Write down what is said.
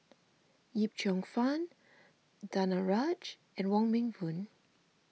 Yip Cheong Fun Danaraj and Wong Meng Voon